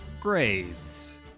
Graves